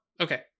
okay